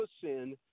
sin